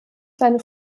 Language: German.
seine